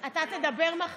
אתה תדבר?